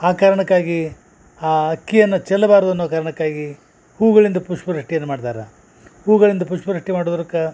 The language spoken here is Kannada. ಆ ಕಾರ್ಣಕ್ಕಾಗಿ ಆ ಅಕ್ಕಿಯನ್ನು ಚೆಲ್ಬಾರ್ದು ಅನ್ನೋ ಕಾರ್ಣಕ್ಕಾಗಿ ಹೂಗಳಿಂದ ಪುಷ್ಪವೃಷ್ಟಿಯನ್ನು ಮಾಡ್ತರ ಹೂಗಳಿಂದ ಪುಷ್ಪವೃಷ್ಠಿ ಮಾಡುರ್ಕ